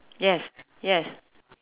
yes yes